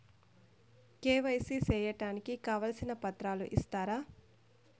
KYC సేయడానికి కావాల్సిన పత్రాలు ఇస్తారా?